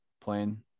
playing